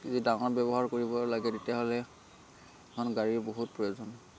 যদি ডাঙৰ ব্যৱহাৰ কৰিব লাগে তেতিয়াহ'লে এখন গাড়ীৰ বহুত প্ৰয়োজন